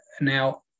Now